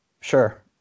sure